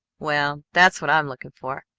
well that's what i'm looking for.